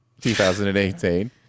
2018